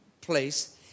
place